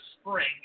spring